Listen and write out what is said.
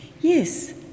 Yes